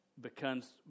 becomes